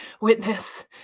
witness